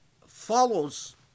follows